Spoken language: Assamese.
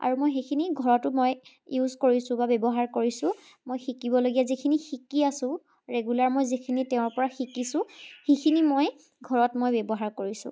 আৰু মই সেইখিনি ঘৰতো মই ইউজ কৰিছোঁ বা ব্যৱহাৰ কৰিছোঁ মই শিকিবলগীয়া যিখিনি শিকি আছোঁ ৰেগুলাৰ মই যিখিনি তেওঁৰ পৰা শিকিছোঁ সেইখিনি মই ঘৰত মই ব্যৱহাৰ কৰিছোঁ